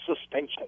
suspension